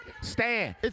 stand